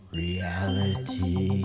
reality